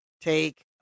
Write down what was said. take